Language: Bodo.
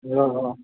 अ अ